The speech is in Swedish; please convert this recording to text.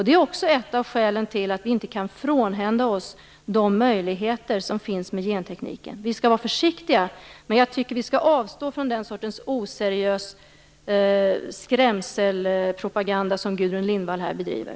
Det är också ett av skälen till att vi inte kan frånhända oss de möjligheter som finns med gentekniken. Vi skall vara försiktiga, men jag tycker att vi skall avstå från den sortens oseriösa skrämselpropaganda som Gudrun Lindvall här bedriver.